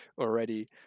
already